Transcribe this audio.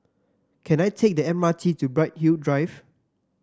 can I take the M R T to Bright Hill Drive